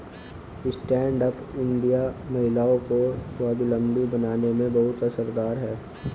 stand up India महिलाओं को स्वावलम्बी बनाने में बहुत असरदार है